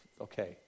okay